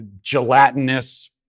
gelatinous